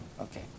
Okay